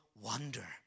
wonder